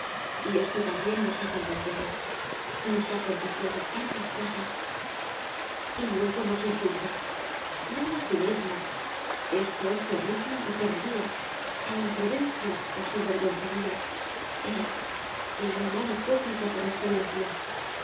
esto también nos ha contagiado nos ha contagiado tantas cosas y luego nos insulta llama cinismo esto es perrismo o perrería a la imprudencia o sinvergüencería él el animal hipócrita por excelencia